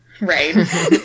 Right